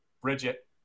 Bridget